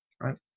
right